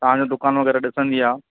तव्हांजो दुकानु वग़ैरह ॾिसंदी आहे